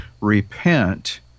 Repent